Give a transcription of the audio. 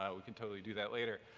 um we can totally do that later.